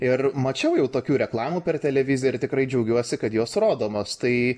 ir mačiau jau tokių reklamų per televiziją ir tikrai džiaugiuosi kad jos rodomos tai